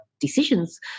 decisions